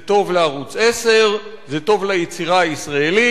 זה טוב לערוץ-10, זה טוב ליצירה הישראלית.